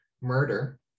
murder